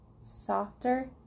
softer